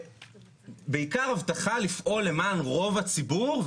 ובעיקר הבטחה לפעול למען רוב הציבור,